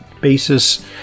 basis